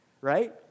right